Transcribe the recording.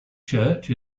church